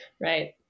right